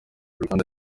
uruganda